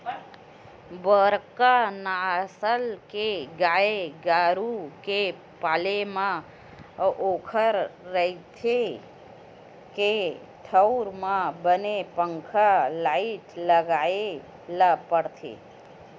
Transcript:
बड़का नसल के गाय गरू के पाले म ओखर रेहे के ठउर म बने पंखा, लाईट लगाए ल परथे